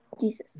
Jesus